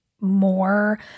more